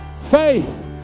Faith